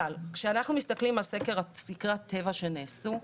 אבל, כשאנחנו מסתכלים על סקרי הטבע שנעשו,